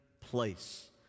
place